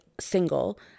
single